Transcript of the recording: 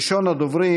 ראשון הדוברים